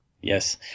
yes